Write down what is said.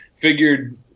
Figured